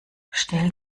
stell